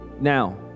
Now